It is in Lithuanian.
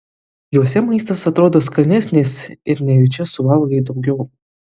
juose maistas atrodo skanesnis ir nejučia suvalgai daugiau